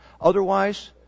Otherwise